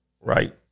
Right